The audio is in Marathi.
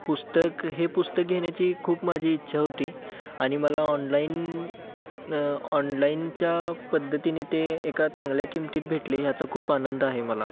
पुस्तक हे पुस्तक घेण्याची खूप माझी इच्छा होती आणि मला ऑनलाईन ऑनलाईनच्या पद्धतीने ते एका चांगल्या किमतीत भेटले ह्याचा खूप आनंद आहे मला